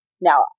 Now